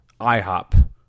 IHOP